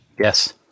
Yes